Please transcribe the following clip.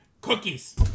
cookies